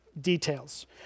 details